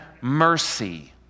mercy